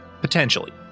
potentially